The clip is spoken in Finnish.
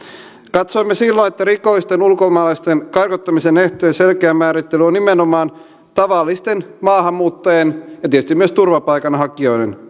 katsoimme silloin että rikollisten ulkomaalaisten karkottamisen ehtojen selkeä määrittely on nimenomaan tavallisten maahanmuuttajien ja tietysti myös turvapaikanhakijoiden